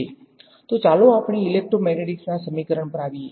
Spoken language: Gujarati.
તો ચાલો આપણે ઇલેક્ટ્રોમેગ્નેટિક્સના સમીકરણો પર આવીએ